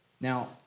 Now